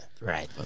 Right